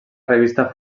revista